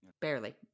Barely